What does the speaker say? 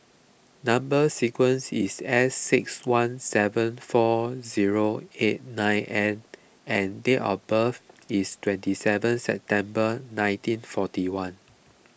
Number Sequence is S six one seven four zero eight nine N and date of birth is twenty seven September nineteen forty one